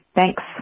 Thanks